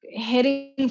heading